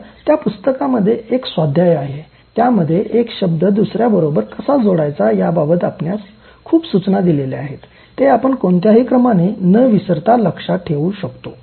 तर त्या पुस्तकामध्ये एक स्वाध्याय आहे त्यामध्ये एक शब्द दुसऱ्याबरोबर कसा जोडायचा याबाबत आपणास खूप सूचना दिल्या आहेत ते आपण कोणत्याही क्रमाने न विसरता लक्षात ठेवू शकतो